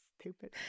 Stupid